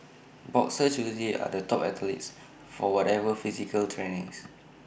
boxers usually are the top athletes for whatever physical training